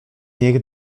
niech